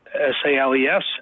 S-A-L-E-S